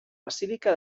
basílica